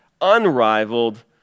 unrivaled